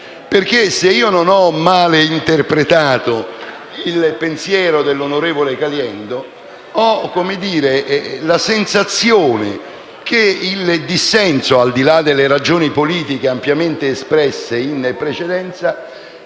Se non ho male interpretato il pensiero dell'onorevole Caliendo, ho la sensazione che, al di là delle ragioni politiche ampiamente espresse in precedenza,